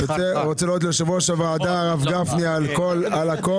אני רוצה להודות ליושב ראש הוועדה הרב גפני על הכל,